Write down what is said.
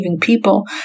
people